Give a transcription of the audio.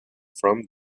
from